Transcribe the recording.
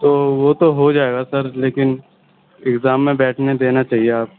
تو وہ تو ہو جائے گا سر لیکن ایگزام میں بیٹھنے دینا چاہیے